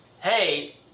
Hey